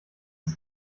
ist